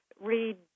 read